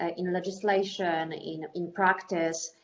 ah in legislation, in in practice.